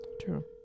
True